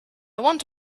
want